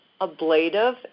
ablative